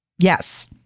Yes